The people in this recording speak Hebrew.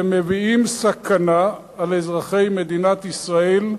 ומביאים סכנה על אזרחי מדינת ישראל.